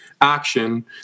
action